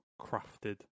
crafted